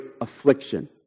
affliction